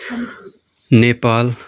Nepal